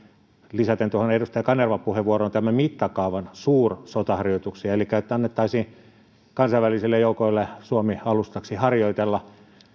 lisäten tuohon edustaja kanervan puheenvuoroon tämän mittakaavan suur sotaharjoituksiin elikkä että annettaisiin kansainvälisille joukoille suomi alustaksi harjoitella